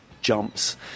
jumps